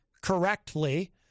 correctly